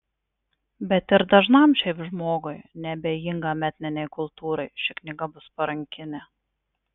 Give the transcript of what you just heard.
bet ir dažnam šiaip žmogui neabejingam etninei kultūrai ši knyga bus parankinė